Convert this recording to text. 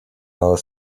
our